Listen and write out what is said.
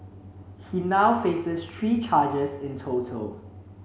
he now faces three charges in total